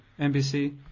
NBC